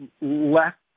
left